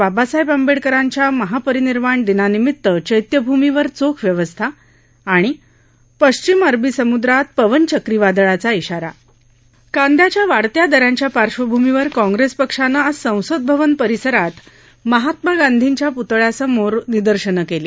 बाबासाहेब आंबेडकरांच्या महापरिनिर्वाण दिनानिमित चैत्यभूमीवर चोख व्यवस्था पश्चिम अरबी समुद्रात पवन चक्रीवादळाचा इशारा कांदयाच्या वाढत्या दरांच्या पार्श्वभूमीवर काँग्रेस पक्षानं आज संसद परिसरात महात्मा गांधीर्जीच्या प्तळ्यासमोर निदर्शनं केली